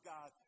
God